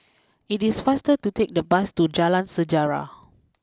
it is faster to take the bus to Jalan Sejarah